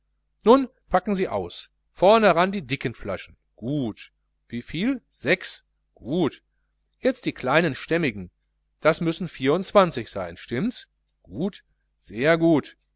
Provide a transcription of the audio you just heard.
nun packen sie aus vorne ran die dicken flaschen gut wieviel sechs gut jetzt die kleinen stämmigen das müssen vierundzwanzig sein stimmts gut sehr gut